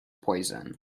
poison